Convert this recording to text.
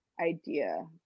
idea